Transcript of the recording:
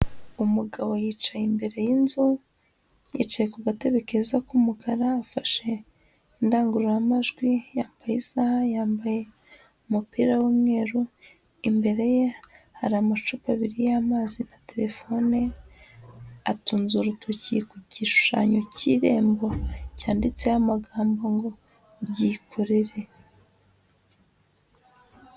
Umugabo yicaye imbere y'inzu, yicaye ku gatebe keza k'umukara, afashe indangururamajwi, yambaye isaha, yambaye umupira w'umweru, imbere ye hari amacupa abiri y'amazi na terefone, atunze urutoki ku gishushanyo cy'irembo, cyanditseho amagambo ''ngo byikorere".